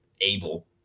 able